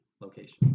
location